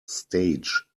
stage